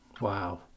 wow